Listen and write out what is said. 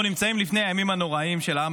אנחנו נמצאים לפני הימים הנוראים של העם